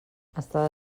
està